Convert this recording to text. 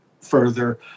further